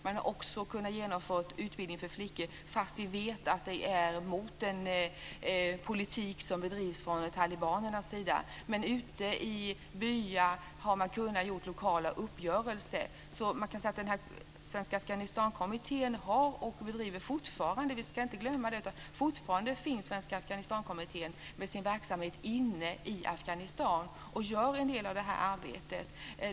Man har också kunnat genomföra utbildning för flickor fast vi vet att det är emot den politik som bedrivs från talibanernas sida. Ute i byar har man kunnat göra lokala uppgörelser. Vi ska inte glömma att Svenska Afghanistankommittén fortfarande finns med sin verksamhet inne i Afghanistan och gör en del av detta arbete.